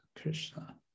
Krishna